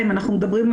אם אנחנו מדברים,